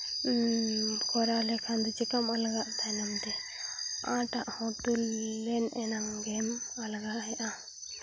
ᱠᱚᱨᱟᱣ ᱞᱮᱠᱷᱟᱱ ᱫᱚ ᱪᱤᱠᱟᱹᱢ ᱟᱞᱜᱟᱜᱼᱟ ᱛᱟᱭᱱᱚᱢ ᱛᱮ ᱟᱸᱴ ᱟᱜ ᱦᱚᱸ ᱛᱩᱞ ᱞᱮᱱ ᱮᱱᱟᱝ ᱜᱮᱢ ᱟᱞᱜᱟᱭᱮᱫᱼᱟ